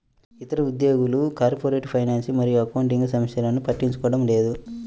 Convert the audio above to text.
ఇతర ఉద్యోగులు corporate finance మరియు అకౌంటింగ్ సమస్యలను పట్టించుకోవడం లేదు